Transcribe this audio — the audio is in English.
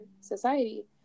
society